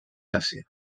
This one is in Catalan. àsia